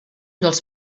dels